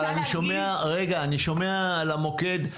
אבל אני שומע על המוקד.